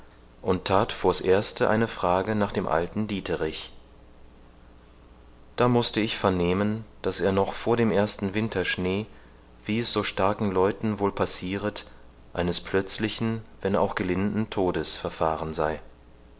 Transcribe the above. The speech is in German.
und that vors erste eine frage nach dem alten dieterich da mußte ich vernehmen daß er noch vor dem ersten winterschnee wie es so starken leuten wohl passiret eines plötzlichen wenn auch gelinden todes verfahren sei